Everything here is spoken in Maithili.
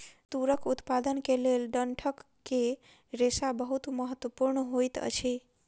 तूरक उत्पादन के लेल डंठल के रेशा बहुत महत्वपूर्ण होइत अछि